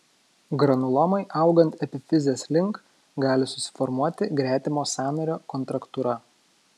granulomai augant epifizės link gali susiformuoti gretimo sąnario kontraktūra